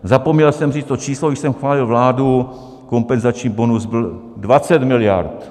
Zapomněl jsem říct to číslo, když jsem chválil vládu, kompenzační bonus byl 20 miliard.